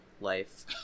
life